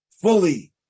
fully